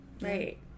Right